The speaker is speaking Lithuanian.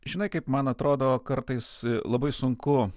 žinai kaip man atrodo kartais labai sunku